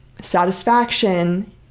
satisfaction